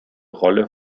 rolle